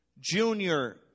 junior